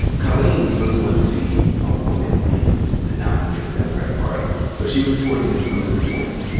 collyne really wanted to see a woman be the nominee for the democratic party. so she was supporting elizabeth warren.